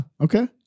Okay